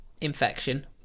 infection